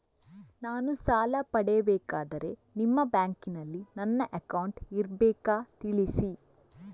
ನಾನು ಸಾಲ ಪಡೆಯಬೇಕಾದರೆ ನಿಮ್ಮ ಬ್ಯಾಂಕಿನಲ್ಲಿ ನನ್ನ ಅಕೌಂಟ್ ಇರಬೇಕಾ ತಿಳಿಸಿ?